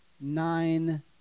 nine